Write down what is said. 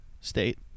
State